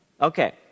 Okay